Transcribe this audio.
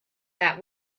that